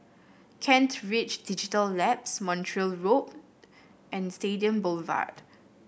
Kent Ridge Digital Labs Montreal Road and Stadium Boulevard